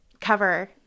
cover